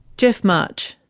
geoff march.